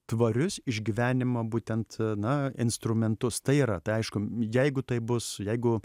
tvarius iš gyvenimo būtent na instrumentus tai yra tai aišku jeigu tai bus jeigu